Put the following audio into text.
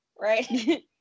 right